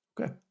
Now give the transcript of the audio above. Okay